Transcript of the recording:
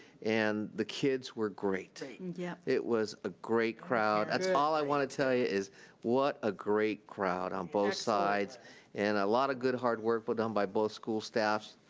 and the kids were great. it and yeah it was a great crowd. that's all i want to tell you, is what a great crowd on both sides and a lot of good hard work but done by both school staff,